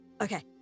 Okay